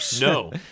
No